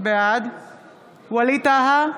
בעד ווליד טאהא,